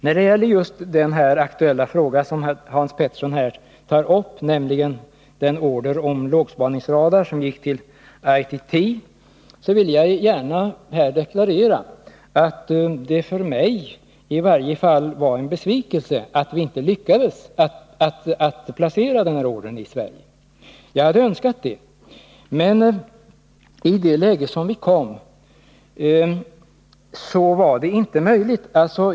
När det gäller den fråga som Hans Petersson i Hallstahammar här tar upp, nämligen den order på lågspaningsradar som gick till ITT, vill jag gärna deklarera att det i varje fall för mig var en besvikelse att vi inte lyckades placera den i Sverige. Jag hade önskat det, men det var inte möjligt i det läge som uppstod.